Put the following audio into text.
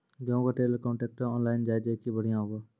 गेहूँ का trailer contractor online जाए जैकी बढ़िया हुआ